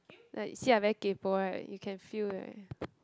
like see I very kaypo right you can feel right